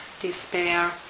despair